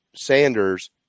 Sanders